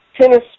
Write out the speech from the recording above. tennis